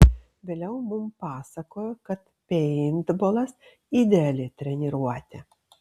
vėliau mums pasakojo kad peintbolas ideali treniruotė